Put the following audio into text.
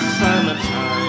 summertime